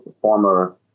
former